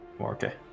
Okay